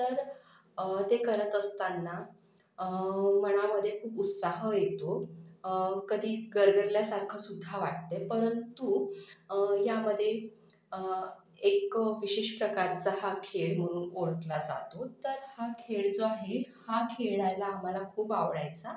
तर ते करत असतांना मनामध्ये खूप उत्साह येतो कधी गरगरल्यासारखंसुद्धा वाटते परंतु यामध्ये एक विशेष प्रकारचा हा खेळ म्हणून ओळखला जातो तर हा खेळ जो आहे हा खेळायला आम्हाला खूप आवडायचा